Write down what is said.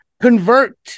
convert